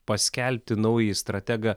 paskelbti naująjį strategą